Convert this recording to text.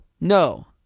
No